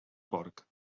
porc